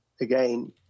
Again